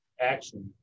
action